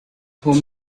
home